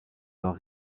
leur